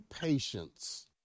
patience